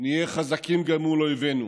נהיה חזקים גם מול אויבינו.